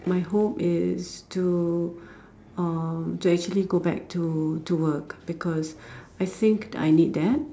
my hope is to uh to actually go back to to work because I think I need that